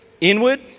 Inward